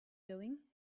going